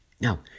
Now